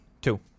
two